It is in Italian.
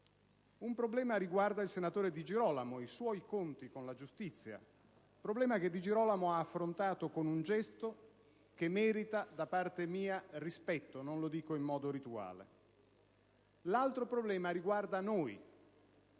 Un problema riguarda il senatore Di Girolamo e i suoi conti con la giustizia: problema che Di Girolamo ha affrontato con un gesto che merita da parte mia rispetto, e non lo dico in modo rituale. L'altro problema riguarda noi: